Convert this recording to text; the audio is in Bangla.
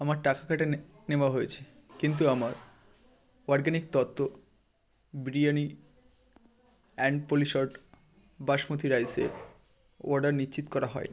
আমার টাকা কেটে নেওয়া হয়েছে কিন্তু আমার অরগ্যাানিক তত্ত্ব বিরিয়ানি অ্যানপলিশড বাসমতি রাইসের অর্ডার নিশ্চিত করা হয় নি